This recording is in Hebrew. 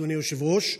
אדוני היושב-ראש.